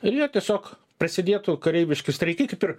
ir jie tiesiog prasidėtų kareiviški streikai kaip ir